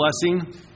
blessing